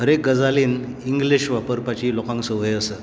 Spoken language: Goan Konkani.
हर एक गजालीन इंग्लीश वापरपाची लोकांक सवय आसा